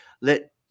Let